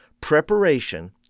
Preparation